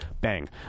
Bang